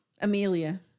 Amelia